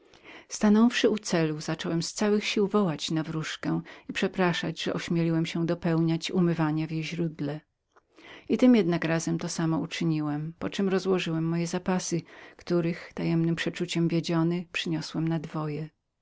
stanąwszy u celu zacząłem z całych sił wołać na wróżkę i przepraszać że ośmieliłem się w jej źródle odbywać moje umywania i tym jednak razem to samo uczyniłem poczem roztasowałem moje zapasy których tajemnem przeczuciem przyniosłem na dwoje